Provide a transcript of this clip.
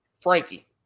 Frankie